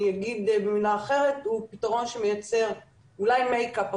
אני אגיד במילה אחרת הוא פתרון שמייצר אולי מייק-אפ,